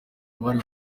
abari